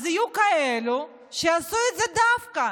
אז יהיו כאלה שיעשו את זה דווקא,